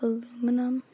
Aluminum